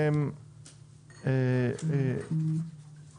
אנחנו